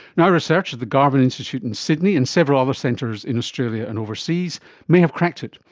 now research at the garvan institute in sydney and several other centres in australia and overseas may have cracked it,